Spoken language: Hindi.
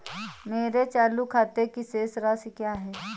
मेरे चालू खाते की शेष राशि क्या है?